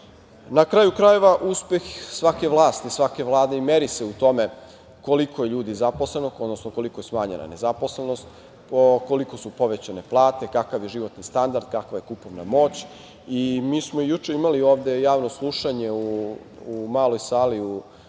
kraju krajeva, uspeh svake vlasti i svake vlade meri se time koliko je ljudi zaposleno, odnosno koliko je smanjena nezaposlenost, koliko su povećane plate, kakav je životni standard, kakva je kupovna moć. Mi smo juče imali ovde javno slušanje u Maloj sali Skupštine